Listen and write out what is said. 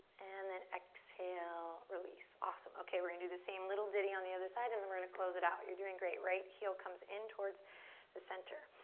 and then exhale, release. awesome. okay, we're gonna do the same little ditty on the other side and then we're gonna close it out. you're doing great. right heel comes in towards the center.